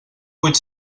vuit